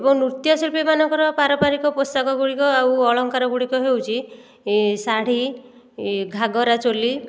ଏବଂ ନୃତ୍ୟ ଶିଳ୍ପୀମାନଙ୍କର ପାରମ୍ପରିକ ପୋଷାକ ଗୁଡ଼ିକ ଆଉ ଅଳଙ୍କାର ଗୁଡ଼ିକ ହେଉଛି ଶାଢ଼ୀ ଘାଗରା ଚୋଲି